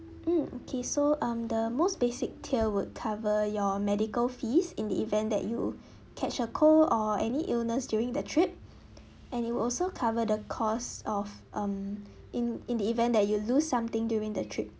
mm okay so um the most basic tier would cover your medical fees in the event that you catch a cold or any illness during the trip and it will also cover the cost of um in in the event that you lose something during the trip